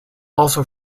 also